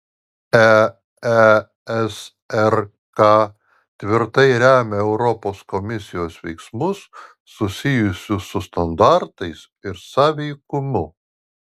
eesrk tvirtai remia europos komisijos veiksmus susijusius su standartais ir sąveikumu